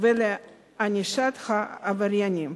ולענישת העבריינים.